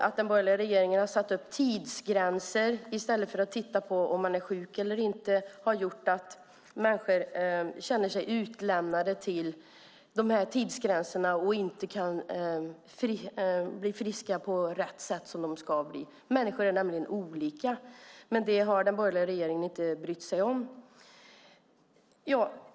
Att den borgerliga regeringen har satt upp tidsgränser i stället för att titta på om man är sjuk eller inte har gjort att människor känner sig utlämnade till dessa tidsgränser och inte kan bli friska på det sätt som de ska bli. Människor är nämligen olika. Men det har den borgerliga regeringen inte brytt sig om.